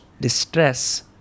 distress